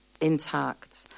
intact